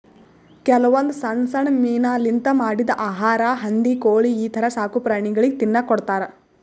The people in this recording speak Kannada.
ಕೆಲವೊಂದ್ ಸಣ್ಣ್ ಸಣ್ಣ್ ಮೀನಾಲಿಂತ್ ಮಾಡಿದ್ದ್ ಆಹಾರಾ ಹಂದಿ ಕೋಳಿ ಈಥರ ಸಾಕುಪ್ರಾಣಿಗಳಿಗ್ ತಿನ್ನಕ್ಕ್ ಕೊಡ್ತಾರಾ